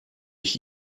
ich